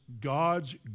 God's